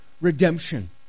redemption